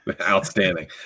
Outstanding